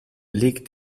legt